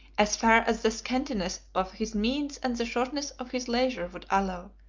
as far as the scantiness of his means and the shortness of his leisure would allow,